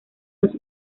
los